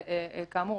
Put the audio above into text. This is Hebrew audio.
וכאמור,